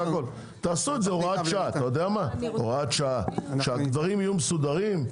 תעשו את זה הוראת שעה, שהדברים יהיו מסודרים.